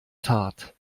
tat